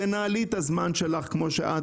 תנהלי את הזמן שלך כמו שאת